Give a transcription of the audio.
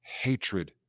hatred